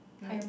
make